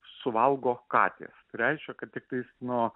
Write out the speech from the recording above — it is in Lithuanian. suvalgo katės reiškia kad tiktais nu